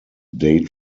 date